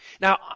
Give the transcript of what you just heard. Now